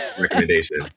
recommendation